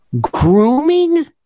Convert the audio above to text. Grooming